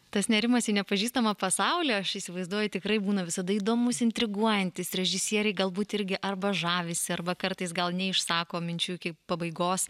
tas nėrimas į nepažįstamą pasaulį aš įsivaizduoju tikrai būna visada įdomūs intriguojantis režisieriai galbūt irgi arba žavisi arba kartais gal neišsako minčių iki pabaigos